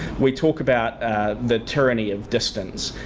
we talk about the tyranny of distance,